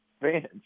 fans